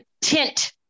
tint